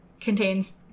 contains